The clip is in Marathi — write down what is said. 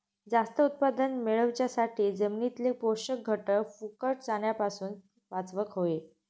जास्त उत्पादन मेळवच्यासाठी जमिनीतले पोषक घटक फुकट जाण्यापासून वाचवक होये